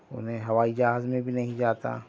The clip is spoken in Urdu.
میں ہوائی جہاز میں بھی نہیں جاتا